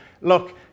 look